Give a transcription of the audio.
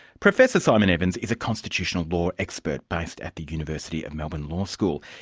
professor simon evans is a constitutional law expert based at the university of melbourne law school.